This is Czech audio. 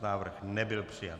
Návrh nebyl přijat.